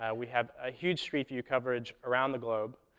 and we have a huge street view coverage around the globe,